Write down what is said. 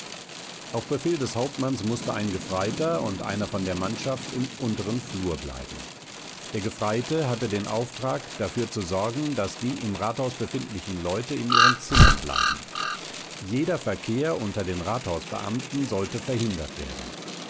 auf befehl des hauptmanns mußte ein gefreiter und einer von der mannschaft im unteren flur bleiben der gefreite hatte den auftrag dafür zu sorgen daß die im rathaus befindlichen leute in ihren zimmern bleiben jeder verkehr unter den rathausbeamten sollte verhindert werden